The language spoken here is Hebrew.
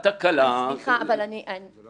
סליחה, שוב